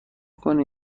کنی